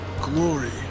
glory